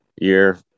year